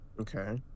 okay